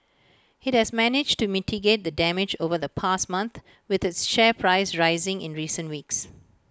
IT has managed to mitigate the damage over the past month with its share price rising in recent weeks